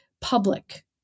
public